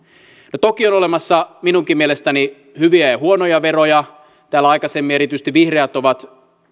no toki on olemassa minunkin mielestäni hyviä ja huonoja veroja täällä aikaisemmin erityisesti vihreät ovat